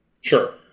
Sure